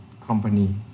company